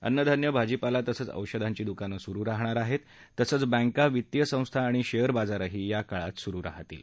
अन्नधान्य भाजीपाला तसंच औषधांची दुकानं सुरु राहणार आहत्त तसंच बँका वित्तीय संस्था आणि शक्तर बाजारही या काळात सुरु राहतील